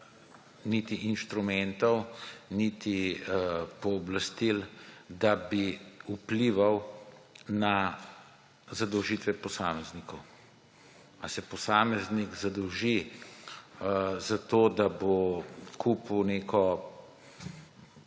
niti inštrumentov niti pooblastil, da bi vplivala na zadolžitve posameznikov. Ali se posameznik zadolži zato, da bo kupil neko